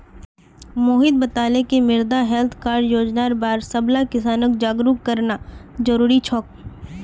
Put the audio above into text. मोहित बताले कि मृदा हैल्थ कार्ड योजनार बार सबला किसानक जागरूक करना जरूरी छोक